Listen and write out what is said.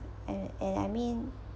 and and I mean